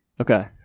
Okay